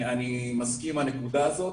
אני מסכים עם הנקודה הזאת.